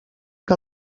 que